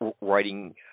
writing